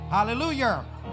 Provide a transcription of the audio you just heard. Hallelujah